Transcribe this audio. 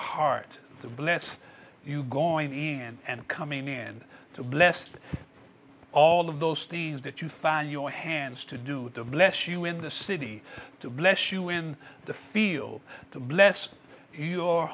heart to bless you going in and coming in to blessed all of those days that you found your hands to do bless you in the city to bless you in the field to bless your